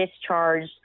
discharged